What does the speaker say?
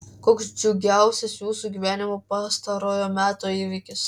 koks džiugiausias jūsų gyvenimo pastarojo meto įvykis